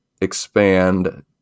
expand